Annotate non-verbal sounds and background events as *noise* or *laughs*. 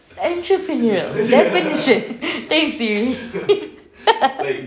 entrepreneur definition thanks SIRI *laughs*